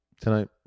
tonight